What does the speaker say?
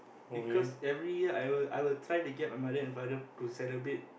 because every year I will I will try to get my mother and father to celebrate